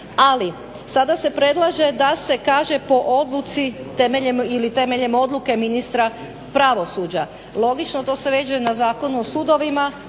ali sada se predlaže da se kaže po odluci temeljem ili temeljem odluke ministra pravosuđa. Logično to se veže na Zakon o sudovima